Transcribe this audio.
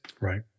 right